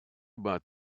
about